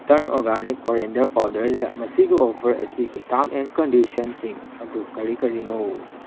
turn organic coriander ꯄꯥꯎꯗ꯭ꯔꯁꯦ ꯃꯁꯤꯒꯤ offer ꯑꯁꯤꯒꯤ ꯇꯥ꯭ꯔꯝ ꯑꯦꯟ ꯀꯟꯗꯤꯁꯟꯁꯤꯡ ꯑꯗꯨ ꯀꯔꯤ ꯀꯔꯤꯅꯣ